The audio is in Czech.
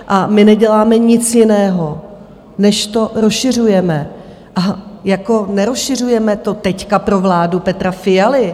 A my neděláme nic jiného, než to rozšiřujeme, a jako nerozšiřujeme to teď pro vládu Petra Fialy.